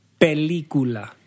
Película